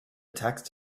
text